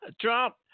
Trump